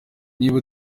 niba